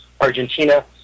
Argentina